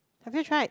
have you tried